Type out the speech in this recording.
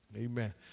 Amen